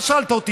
מה שאלת אותי?